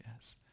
yes